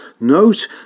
Note